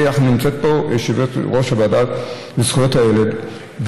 נמצאת פה יושבת-ראש הוועדה לזכויות הילד,